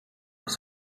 was